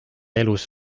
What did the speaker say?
elus